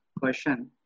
question